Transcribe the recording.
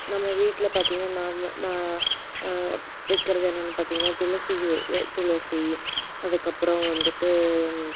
நம்ம வீட்டில பார்த்தீங்கன்னா நான் வ நான் வைக்கிறது என்னென்னு பார்த்தீங்கன்னா துளசி வெ வெ துளசி அதுக்கப்புறம் வந்துட்டு